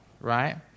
Right